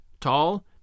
tall